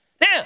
Now